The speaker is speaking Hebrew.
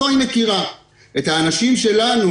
את האנשים שלנו,